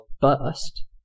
burst